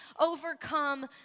overcome